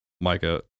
Micah